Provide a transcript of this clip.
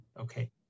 okay